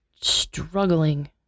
struggling